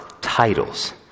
titles